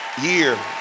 year